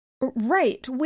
Right